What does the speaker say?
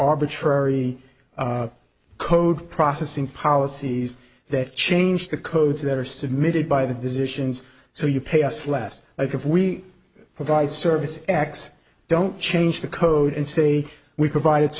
arbitrary code processing policies that change the codes that are submitted by the physicians so you pay us less like if we provide service x don't change the code and say we provided